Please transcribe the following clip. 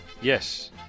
Yes